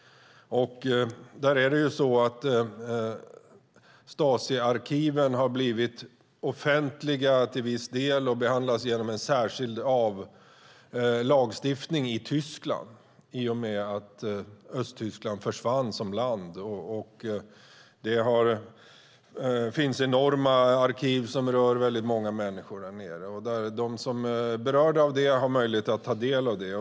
Stasiarkiven har blivit offentliga till viss del och behandlas genom en särskild lagstiftning i Tyskland i och med att Östtyskland försvann som land. Det finns enorma arkiv som rör många människor där nere. De som är berörda av detta har möjlighet att ta del av det.